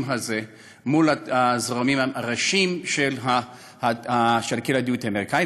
הזה עם הזרמים הראשיים של קהילת היהדות האמריקנית,